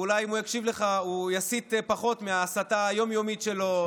ואולי אם הוא יקשיב לך הוא יסית פחות מההסתה היום-יומית שלו,